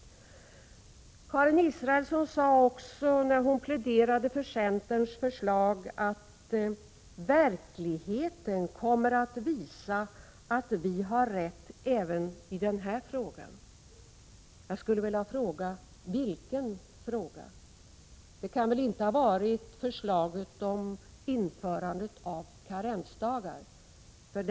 Karin Israelsson sade också — när hon pläderade för centerns förslag — att verkligheten kommer att visa att centern har rätt även i den här frågan. Jag skulle vilja fråga: Vilken fråga? Det kan väl inte ha varit förslaget om införande av karensdagar?